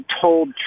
told